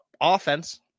offense